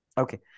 Okay